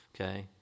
okay